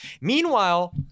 Meanwhile